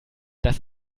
das